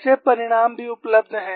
ऐसे परिणाम भी उपलब्ध हैं